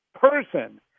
person